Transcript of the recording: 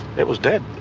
it was dead.